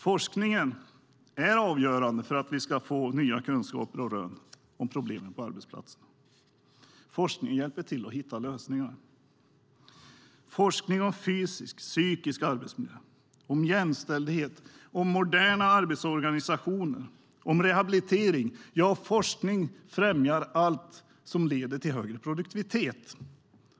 Forskningen är avgörande för att vi ska få nya kunskaper och rön om problem på arbetsplatserna. Forskningen hjälper till att hitta lösningar. Forskning om fysisk och psykisk arbetsmiljö, om jämställdhet, om moderna arbetsorganisationer och om rehabilitering, ja, forskning främjar allt som leder till högre produktivitet.